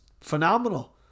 phenomenal